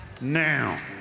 now